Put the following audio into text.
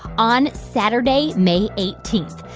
on saturday, may eighteen.